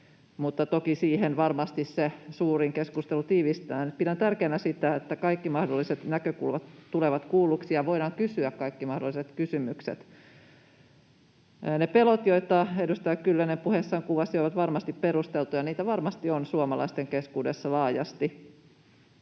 mutta toki siihen varmasti se suurin keskustelu tiivistetään — kaikki mahdolliset näkökulmat tulevat kuulluiksi ja voidaan kysyä kaikki mahdolliset kysymykset. Ne pelot, joita edustaja Kyllönen puheessaan kuvasi, ovat varmasti perusteltuja. Niitä varmasti on suomalaisten keskuudessa laajasti.